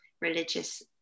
religious